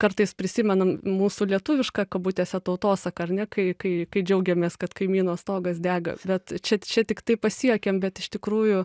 kartais prisimenam mūsų lietuvišką kabutėse tautosaką ar ne kai kai kai džiaugiamės kad kaimyno stogas dega bet čia čia tiktai pasijuokėm bet iš tikrųjų